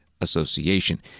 Association